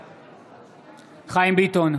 בעד חיים ביטון,